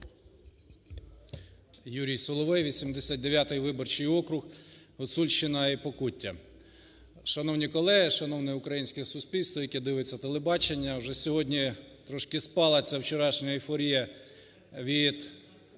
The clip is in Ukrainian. Юрій Соловей, 89 виборчий округ, Гуцульщина і Покуття. Шановні колеги, шановне українське суспільство, яке дивиться телебачення. Вже сьогодні трошки спала ця вчорашня ейфорія від